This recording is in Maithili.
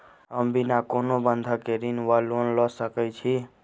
हम बिना कोनो बंधक केँ ऋण वा लोन लऽ सकै छी?